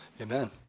amen